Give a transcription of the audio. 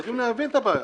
צריך להבין את הבעיה.